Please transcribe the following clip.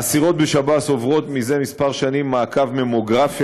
האסירות בשב"ס עוברות זה כמה שנים מעקב ממוגרפיה